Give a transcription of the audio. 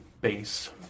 base